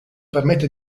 permette